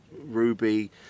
Ruby